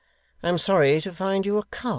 i am sorry to find you a coward